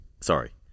Sorry